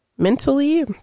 mentally